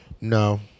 No